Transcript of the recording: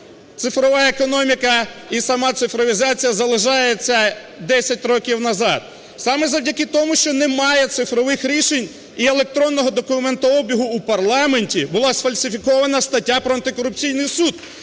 Цифрова економіка і сама цифровізація залишаються 10 років назад саме завдяки тому, що немає цифрових рішень і електронного документообігу у парламенті, була сфальсифікована стаття про Антикорупційний суд.